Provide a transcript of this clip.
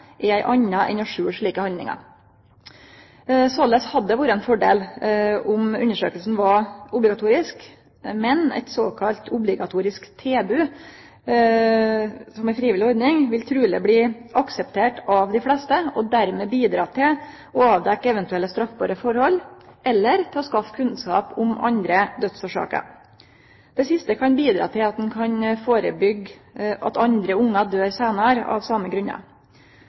ei anna enn å skjule slike handlingar. Såleis hadde det vore ein fordel om undersøkinga var obligatorisk, men eit såkalla obligatorisk tilbod som ei frivillig ordning vil truleg bli akseptert av dei fleste, og vil dermed bidra til å avdekkje eventuelle straffbare forhold eller bidra til å skaffe kunnskap om andre dødsårsaker. Det siste kan førebyggje at andre ungar seinare døyr av same grunnar.